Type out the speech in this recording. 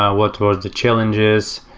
ah what was the challenges?